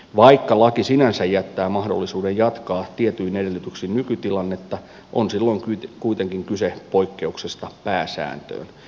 vaikka laki sinänsä jättää mahdollisuuden jatkaa tietyin edellytyksin nykytilannetta on silloin kuitenkin kyse poikkeuksesta pääsääntöön